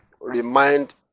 remind